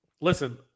Listen